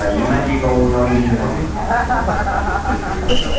हिमाली गाउँ नवीन ग्राम भनेर लेखिदिनुहोस् न